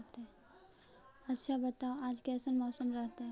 आच्छा बताब आज कैसन मौसम रहतैय?